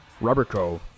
Rubberco